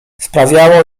sprawiało